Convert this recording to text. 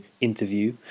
interview